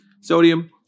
Sodium